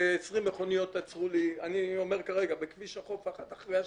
ו-20 מכוניות עצרו בכביש החוף אחת אחרי השנייה,